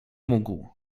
mógł